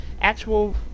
actual